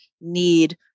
need